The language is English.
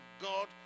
God